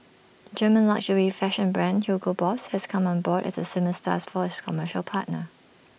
German luxury fashion brand Hugo boss has come on board as the swimming star's first commercial partner